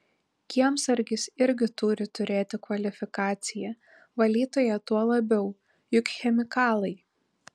kiemsargis irgi turi turėti kvalifikaciją valytoja tuo labiau juk chemikalai